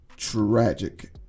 tragic